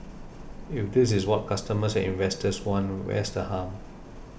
if this is what customers and investors want where's the harm